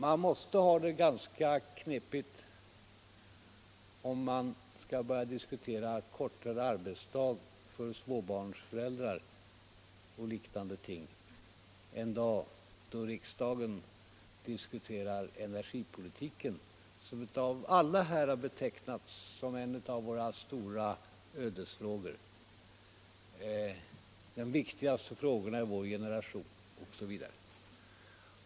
Man måste ha det ganska knepigt, herr Wirtén, om man börjar diskutera kortare arbetsdag för småbarnsföräldrar och liknande ting en dag då riksdagen diskuterar energipolitiken, som av alla här har betecknats som en av våra stora ödesfrågor, den viktigaste i vår generation osv.